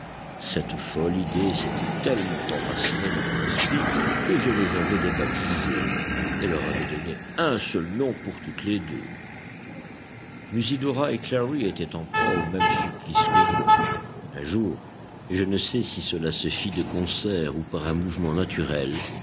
cette folle idée s'était tellement enracinée dans mon esprit que je les avais débaptisées et leur avais donné un seul nom pour toutes les deux musidora et clary étaient en proie au même supplice que moi un jour je ne sais si cela se fit de concert ou par un mouvement naturel